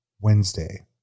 Wednesday